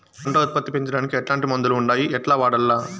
పంట ఉత్పత్తి పెంచడానికి ఎట్లాంటి మందులు ఉండాయి ఎట్లా వాడల్ల?